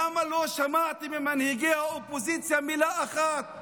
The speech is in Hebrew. למה לא שמעתי ממנהיגי האופוזיציה מילה אחת